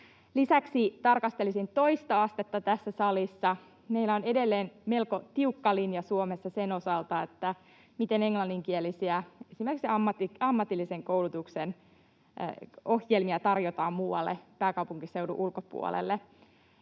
Lisäksi tarkastelisin tässä salissa toista astetta. Meillä on edelleen melko tiukka linja Suomessa sen osalta, miten englanninkielisiä, esimerkiksi ammatillisen koulutuksen, ohjelmia tarjotaan muualle, pääkaupunkiseudun ulkopuolelle